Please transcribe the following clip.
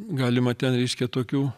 galima ten reiškia tokių